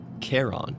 Charon